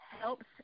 helps